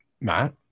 Matt